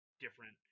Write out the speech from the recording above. different